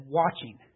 watching